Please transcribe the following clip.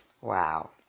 Wow